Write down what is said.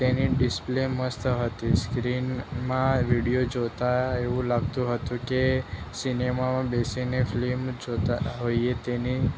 તેની ડિસ્પ્લે મસ્ત હતી સ્ક્રીનમાં વીડિયો જોતા એવું લાગતું હતું કે સિનેમામાં બેસીને ફ્લિમ જોતા હોઇએ તેની